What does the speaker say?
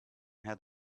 head